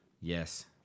Yes